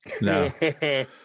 no